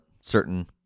certain